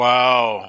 Wow